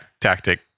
tactic